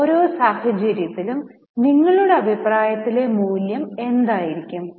ഓരോ സാഹചര്യത്തിലും നിങ്ങളുടെ അഭിപ്രായത്തിലെ മൂല്യം എന്തായിരിക്കും